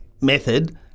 method